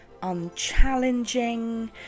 unchallenging